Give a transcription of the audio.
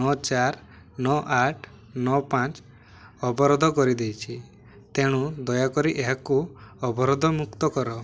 ନଅ ଚାରି ନଅ ଆଠ ନଅ ପାଞ୍ଚ ଅବରୋଧ କରିଦେଇଛି ତେଣୁ ଦୟାକରି ଏହାକୁ ଅବରୋଧମୁକ୍ତ କର